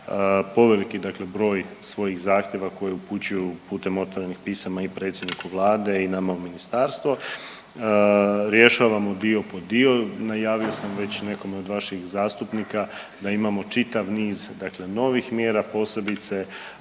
poveliki broj svojih zahtjeva koji upućuju putem otvornih pisama i predsjedniku vlade i nama u ministarstvo. Rješavamo dio po dio. Najavio sam već nekome od vaših zastupnika da imamo čitav niz novih mjera, posebice